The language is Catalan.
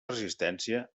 resistència